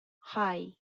hei